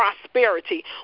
prosperity